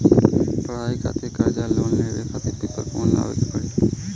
पढ़ाई खातिर कर्जा लेवे ला कॉलेज से कौन पेपर ले आवे के पड़ी?